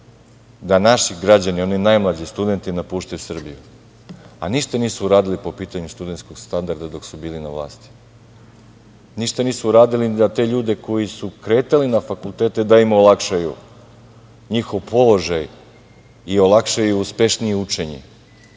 da naši građani, oni najmlađi studenti napuštaju Srbiju, a ništa nisu uradili po pitanju studentskog standarda dok su bili na vlasti. Ništa nisu uradili ni da te ljude koji su kretali na fakultete da im olakšaju njihov položaj i olakšaju uspešnije učenje.